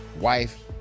wife